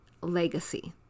legacy